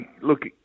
Look